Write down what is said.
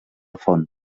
font